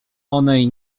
onej